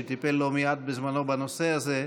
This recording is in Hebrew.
שבזמנו טיפל לא מעט בנושא הזה.